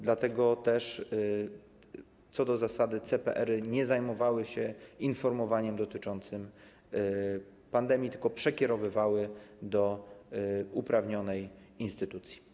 Dlatego też co do zasady CPR-y nie zajmowały się informowaniem dotyczącym pandemii, tylko przekierowywały do uprawnionej instytucji.